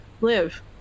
live